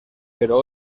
pero